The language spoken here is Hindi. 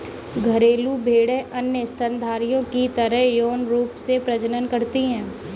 घरेलू भेड़ें अन्य स्तनधारियों की तरह यौन रूप से प्रजनन करती हैं